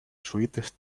sweetest